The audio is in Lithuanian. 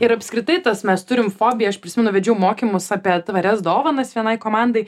ir apskritai tas mes turime fobiją aš prisimenu vedžiau mokymus apie tvarias dovanas vienai komandai